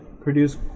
produce